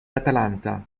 atlanta